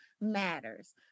matters